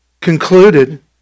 concluded